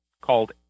called